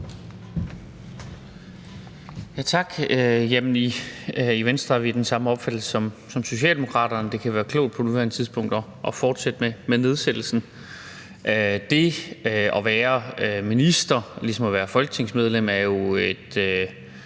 Tak. I Venstre er vi af den samme opfattelse som Socialdemokraterne. Det kan være klogt på nuværende tidspunkt at fortsætte med nedsættelsen. Det at være minister er ligesom at være folketingsmedlem jo ikke